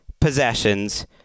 possessions